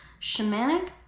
shamanic